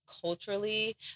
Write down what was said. culturally